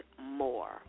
more